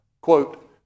quote